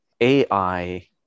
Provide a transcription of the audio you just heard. AI